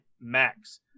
Max